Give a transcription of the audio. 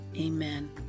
Amen